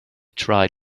tried